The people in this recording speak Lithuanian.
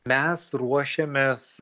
mes ruošėmės